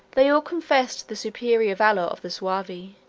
they all confessed the superior valor of the suevi